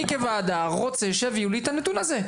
כוועדה רוצה שיביאו לי את הנתון הזה.